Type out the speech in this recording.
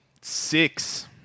Six